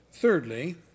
Thirdly